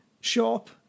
shop